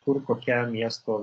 kur kokia miesto